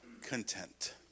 content